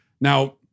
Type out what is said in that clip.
Now